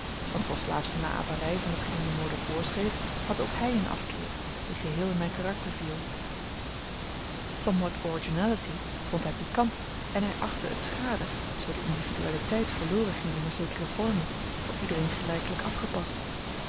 want van slaafsche naäperij van hetgeen de mode voorschreef had ook hij een afkeer die geheel in mijn karakter viel somewhat originality vond hij piquant en hij achtte het schade zoo de individualiteit verloren ging onder zekere vormen voor iedereen gelijkelijk afgepast